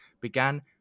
began